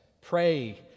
pray